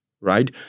right